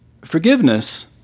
forgiveness